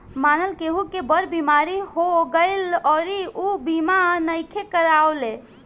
मानल केहु के बड़ बीमारी हो गईल अउरी ऊ बीमा नइखे करवले